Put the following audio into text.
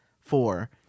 Four